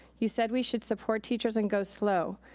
you said we should support teachers and go slow.